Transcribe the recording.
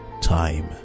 time